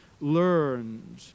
learned